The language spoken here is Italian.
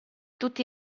tutti